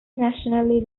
nationally